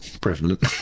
Prevalent